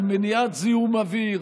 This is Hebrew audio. על מניעת זיהום אוויר.